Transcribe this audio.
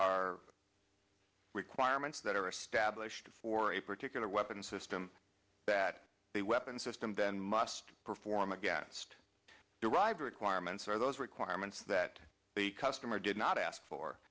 are requirements that are established for a particular weapon system that the weapon system then must perform against derived requirements or those requirements that the customer did not ask for